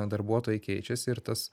darbuotojai keičiasi ir tas